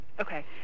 Okay